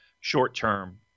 short-term